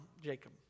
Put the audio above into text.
Jacob